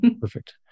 Perfect